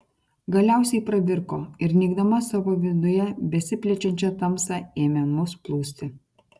galiausiai pravirko ir neigdama savo viduje besiplečiančią tamsą ėmė mus plūsti